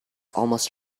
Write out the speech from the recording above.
almost